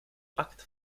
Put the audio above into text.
akt